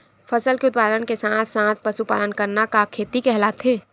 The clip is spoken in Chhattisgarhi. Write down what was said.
फसल के उत्पादन के साथ साथ पशुपालन करना का खेती कहलाथे?